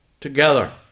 together